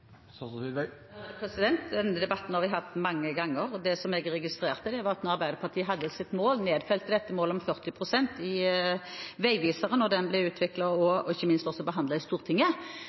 Denne debatten har vi hatt mange ganger. Det som jeg registrerte da Arbeiderpartiet hadde nedfelt dette målet om 40 pst. i stortingsmeldingen Veiviseren, da den ble utarbeidet og ikke minst behandlet i Stortinget,